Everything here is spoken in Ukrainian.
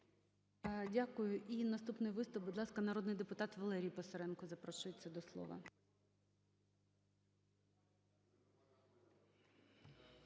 Дякую. І наступний виступ. Будь ласка, народний депутат Валерій Писаренко запрошується до слова.